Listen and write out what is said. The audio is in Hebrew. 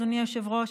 אדוני היושב-ראש,